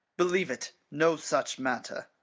believe it, no such matter